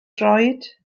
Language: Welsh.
droed